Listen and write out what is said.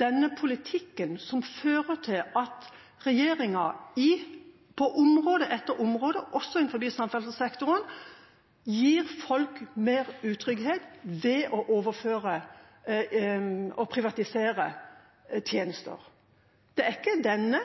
denne politikken som fører til at regjeringen på område etter område, også innenfor samferdselssektoren, gir folk mer utrygghet ved å overføre og privatisere tjenester. Det er ikke